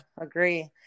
agree